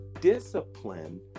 discipline